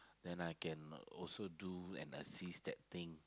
then I can also do and assist that thing